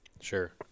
Sure